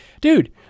Dude